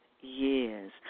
years